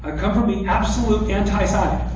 ah come from the absolute anti side.